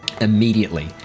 immediately